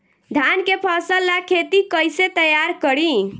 धान के फ़सल ला खेती कइसे तैयार करी?